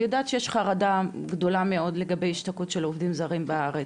אני יודעת שיש חרדה גדולה מאוד לגבי השתקעות של עובדים זרים בארץ.